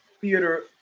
theater